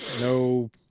no